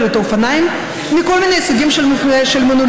את האופניים מכל מיני סוגים של מנעולים.